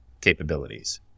capabilities